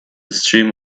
stream